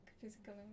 physical